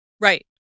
Right